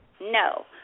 No